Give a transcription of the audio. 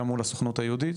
גם מול הסוכנות היהודית?